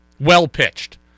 well-pitched